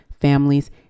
families